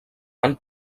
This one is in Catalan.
han